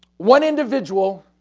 one individual